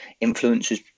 influences